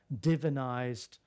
divinized